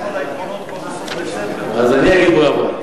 על העקרונות כבר בסוף דצמבר, אז אני אגיד בראבו.